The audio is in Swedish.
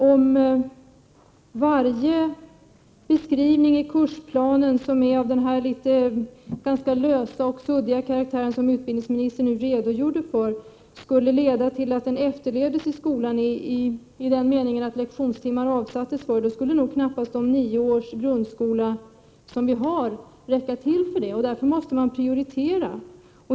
Om varje beskrivning i kursplanen, som är av den litet lösa och suddiga karaktär som den statsrådet redogjorde för, skulle leda till att den efterlevdes i skolan i den meningen att lektionstimmar avsattes för den, skulle knappast vår nioåriga grundskola räcka till för detta. Därför måste man prioritera.